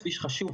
שליש חשוב,